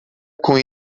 com